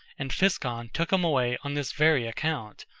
and physcon took him away on this very account,